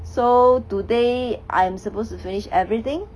so today I am supposed to finish everything